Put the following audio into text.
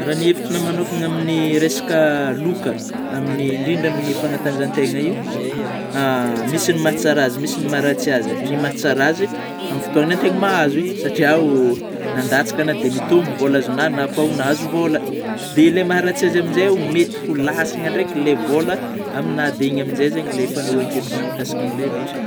Raha ny hivitry nahy manôkana amin'ny resaka loka, amin'ny indrindra amin'ny fanatanjahan-tena io, misy ny mahatsara azy, misy ny maha ratsy azy; ny mahatsara azy amin'ny fotôagna tena mahazo satrià oh nandatsaka agna dia nitombo vôla azogna, nakoa nahazo vôla; dia ilay maharatsy azy amin'zeo mety ho lasany andreiky ilay vôla amignà, dia igny amin'izay zegny ilay fanehoan-kevitra agnà mikasika ilay loka.